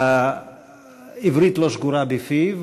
העברית לא שגורה בפיו,